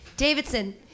Davidson